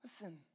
Listen